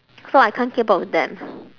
so I can't keep up with them